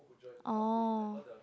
oh